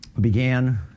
began